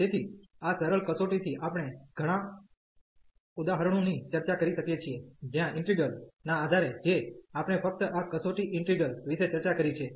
તેથી આ સરળ કસોટીથી આપણે ઘણાં ઉદાહરણોની ચર્ચા કરી શકીએ છીએ જ્યાં ઇન્ટિગ્રલ ના આધારે જે આપણે ફક્ત આ કસોટી ઈન્ટિગ્રલ વિષે ચર્ચા કરી છે